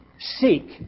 seek